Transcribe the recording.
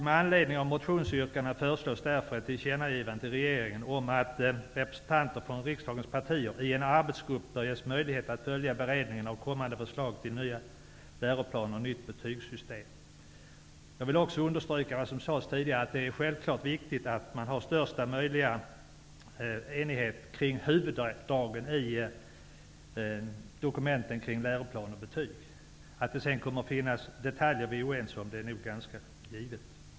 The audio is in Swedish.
Med anledning av motionsyrkandena föreslås därför att man gör ett tillkännagivande till regeringen om att representanter från riksdagens partier i en arbetsgrupp bör ges möjlighet att följa beredningen av kommande förslag till ny läroplan och nytt betygssystem. Jag vill också understryka det som sades tidigare om att det självfallet är viktigt att man har största möjliga enighet vad gäller huvuddragen i dokumenten kring läroplan och betyg. Det är nog ganska givet att det ändå kommer att finnas detaljer som vi är oense om.